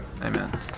Amen